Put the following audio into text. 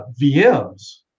VMs